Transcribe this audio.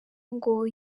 ngo